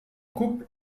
couple